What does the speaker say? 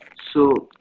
so.